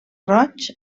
roig